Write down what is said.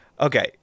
Okay